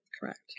Correct